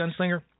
gunslinger